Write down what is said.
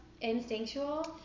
instinctual